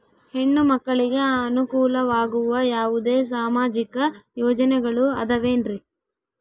ಹೆಣ್ಣು ಮಕ್ಕಳಿಗೆ ಅನುಕೂಲವಾಗುವ ಯಾವುದೇ ಸಾಮಾಜಿಕ ಯೋಜನೆಗಳು ಅದವೇನ್ರಿ?